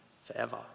forever